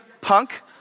punk